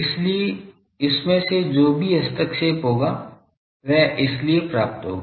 इसलिए इसमें से जो भी हस्तक्षेप होगा वह इसीलिए प्राप्त होगा